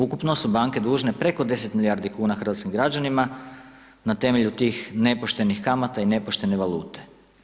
Ukupno su banke dužne preko 10 milijardi kn hrvatskim građanima, na temelju tih nepoštenih kamata i nepoštene valute.